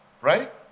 right